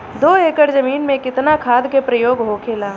दो एकड़ जमीन में कितना खाद के प्रयोग होखेला?